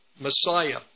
Messiah